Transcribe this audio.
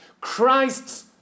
Christ's